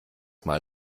mal